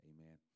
Amen